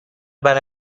برای